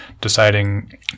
deciding